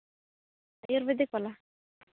ᱟᱹᱭᱩᱨᱵᱮᱫᱤᱠ ᱵᱟᱞᱟ